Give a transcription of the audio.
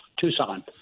Tucson